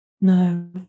No